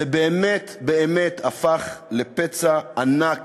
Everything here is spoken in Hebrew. זה באמת-באמת הפך לפצע ענק